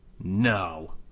No